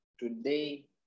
Today